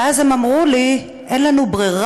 ואז הם אמרו לי: אין לנו ברירה,